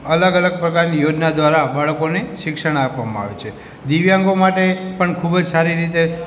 અલગ અલગ પ્રકારની યોજના દ્વારા બાળકોને શિક્ષણ આપવામાં આવે છે દિવ્યાંગો માટે પણ ખૂબ જ સારી રીતે